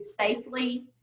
safely